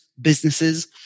businesses